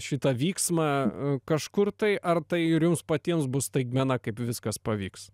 šitą vyksmą kažkur tai ar tai ir jums patiems bus staigmena kaip viskas pavyks